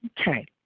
Okay